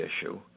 issue